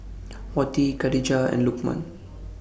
Wati Khadija and Lukman